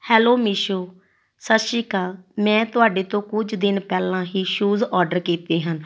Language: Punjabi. ਹੈਲੋ ਮੀਸ਼ੋ ਸਤਿ ਸ਼੍ਰੀ ਅਕਾਲ ਮੈਂ ਤੁਹਾਡੇ ਤੋਂ ਕੁਝ ਦਿਨ ਪਹਿਲਾਂ ਹੀ ਸ਼ੂਜ ਔਡਰ ਕੀਤੇ ਹਨ